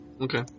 Okay